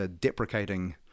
deprecating